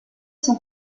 son